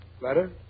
Letter